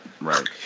Right